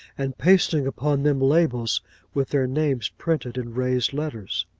and pasting upon them labels with their names printed in raised letters.